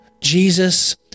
Jesus